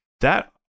That-